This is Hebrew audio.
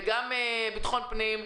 מהמשרד לביטחון הפנים,